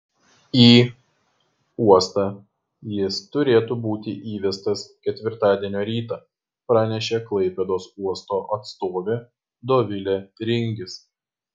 į uostą jis turėtų būti įvestas ketvirtadienio rytą pranešė klaipėdos uosto atstovė dovilė ringis